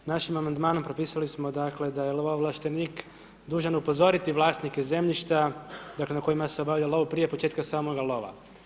Našim Amandmanom propisali smo, dakle, da je lovo ovlaštenik dužan upozoriti vlasnike zemljišta, dakle, na kojima se obavlja lov prije početka samoga lova.